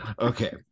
Okay